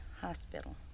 Hospital